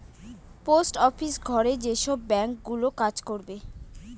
post office ঘরে যেসব bank গুলো কাজ করবে